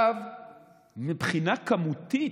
מבחינה כמותית,